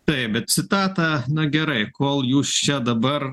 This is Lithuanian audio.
taip bet citatą na gerai kol jūs čia dabar